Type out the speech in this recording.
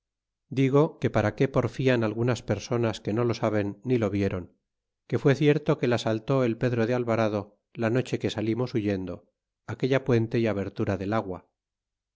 digo que para que porflan algunas personas que no lo saben ni lo vieron que fué cierto que la saltó el pedro de alvarado la noche que salimos huyendo aquella puente y abertura del agua